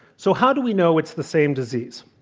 so how do we know it's the same disease?